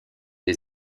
des